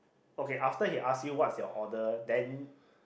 okay after he asked you what's your order then